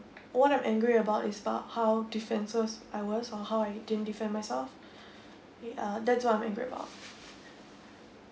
what I'm angry about is about how defenseless I was or how I didn't defend myself yeah that's what I'm angry about